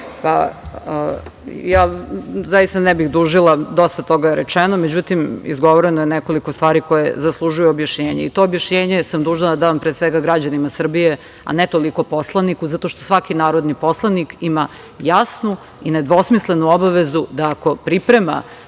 predsedniče. Zaista ne bih dužila, dosta toga je rečeno. Međutim, izgovoreno je nekoliko stvari koje zaslužuju objašnjenje i to objašnjenje sam dužna da dam pre svega građanima Srbije, a ne toliko poslaniku zato što svaki narodni poslanik ima jasnu i nedvosmislenu obavezu da ako priprema